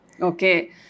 okay